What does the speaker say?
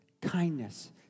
kindness